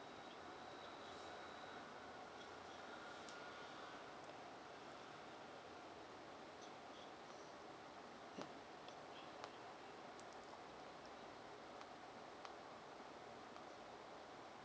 mm